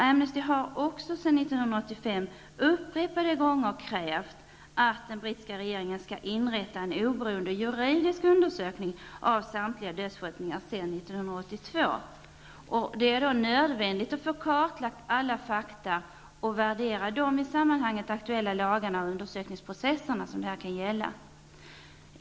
Amnesty har också sedan 1985 upprepade gånger krävt att den brittiska regeringen skall inrätta en oberoende juridisk undersökning av samtliga dödsskjutningar sedan 1982. Det är nödvändigt att få kartlagt alla fakta och värdera de i sammanhanget aktuella lagarna och undersökningsprocesserna.